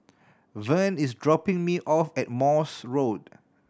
Vern is dropping me off at Morse Road